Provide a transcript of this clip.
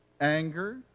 anger